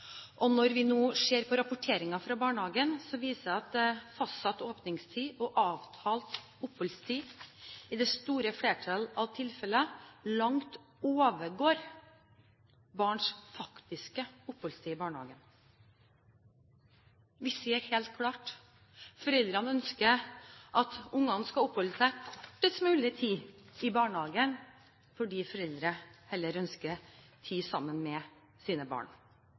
Når vi nå ser på rapporteringene fra barnehagene, viser de at fastsatt åpningstid og avtalt oppholdstid i det store flertall av tilfeller langt overgår barns faktiske oppholdstid i barnehagen. Vi ser helt klart at foreldrene ønsker at barna skal oppholde seg kortest mulig tid i barnehagen, fordi foreldrene heller ønsker tid sammen med sine barn.